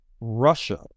Russia